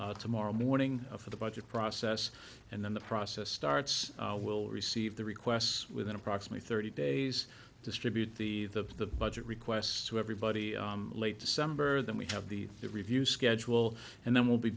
tomorrow morning for the budget process and then the process starts we'll receive the requests within approximately thirty days distribute the the budget requests to everybody late december then we have the review schedule and then we'll be